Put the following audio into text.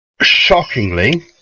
shockingly